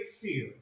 fear